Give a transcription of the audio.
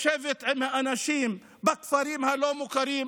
לשבת עם האנשים בכפרים הלא-מוכרים,